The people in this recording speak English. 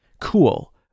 cool